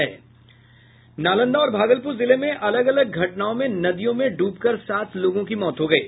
नालंदा और भागलपूर जिले में अलग अलग घटनाओं में नदियों में ड्बकर सात लोगों की मौत हो गयी